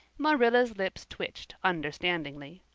marilla's lips twitched understandingly.